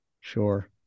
Sure